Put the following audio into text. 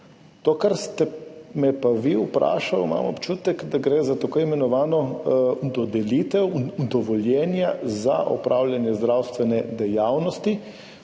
tem, kar ste me pa vi vprašali, imam občutek, da gre za tako imenovano dodelitev dovoljenja za opravljanje zdravstvene dejavnosti,